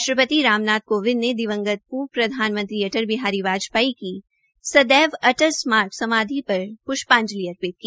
राष्ट्रपति राम नाथ कोविंद ने दिवगंत प्रधानमंत्री अटल बिहारी वाजपेयी की सदैव अटल स्मारक समाधि पर प्ष्पाजंलि अर्पित की